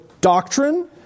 doctrine